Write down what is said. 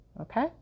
Okay